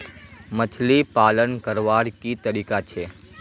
मछली पालन करवार की तरीका छे?